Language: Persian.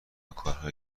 کارهایی